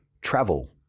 travel